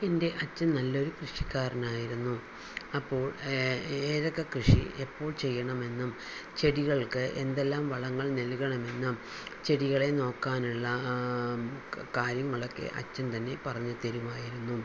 എൻ്റെ അച്ഛൻ നല്ലൊരു കൃഷിക്കാരനായിരുന്നു അപ്പോൾ ഏതൊക്കെ കൃഷി എപ്പോൾ ചെയ്യണം എന്നും ചെടികൾക്ക് എന്തെല്ലാം വളങ്ങൾ നൽകണമെന്നും ചെടികളെ നോക്കാനുള്ള കാര്യങ്ങളൊക്കെ അച്ഛൻ തന്നെ പറഞ്ഞു തരുമായിരുന്നു